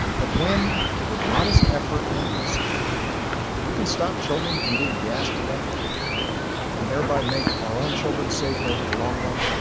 but when with modest effort and risk we can stop children from being gassed to death and thereby make our own children safer over the long run,